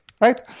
right